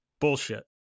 Bullshit